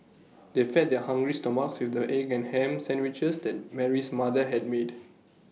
they fed their hungry stomachs with the egg and Ham Sandwiches that Mary's mother had made